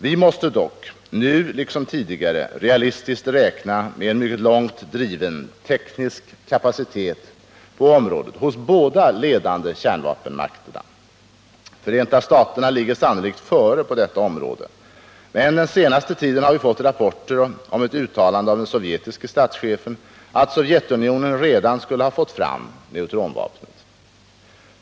Vi måste dock, nu liksom tidigare, realistiskt räkna med en mycket långt driven teknisk kapacitet på området hos de båda ledande kärnvapenstaterna. Förenta staterna ligger sannolikt före på detta område, men den senaste tiden har vi fått rapporter om ett uttalande av den sovjetiske statschefen att Sovjetunionen redan skulle ha fått fram neutronvapnet.